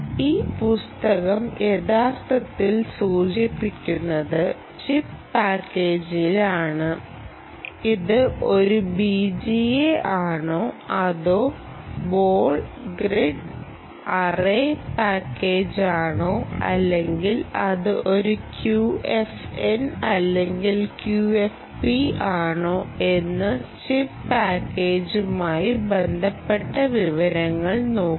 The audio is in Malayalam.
ഈ പുസ്തകം യഥാർത്ഥത്തിൽ സൂചിപ്പിക്കുന്നത് ചിപ്പ് പാക്കേജിലാണ് ഇത് ഒരു BGA ആണോ അതോ ബോൾ ഗ്രിഡ് അറേ പാക്കേജാണോ അല്ലെങ്കിൽ അത് ഒരു QFN അല്ലെങ്കിൽ QFP ആണോ എന്ന് ചിപ്പ് പാക്കേജുമായി ബന്ധപ്പെട്ട വിവരങ്ങൾ നോക്കുക